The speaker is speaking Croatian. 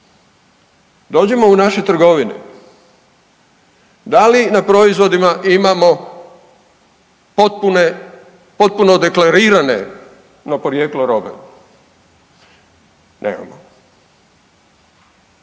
Dođemo u naše trgovine, da li na proizvodima imamo potpuno deklarirano porijeklo robe? Nemamo.